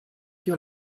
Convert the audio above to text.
your